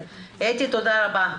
אתי, תודה רבה.